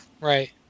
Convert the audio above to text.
Right